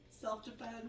self-defense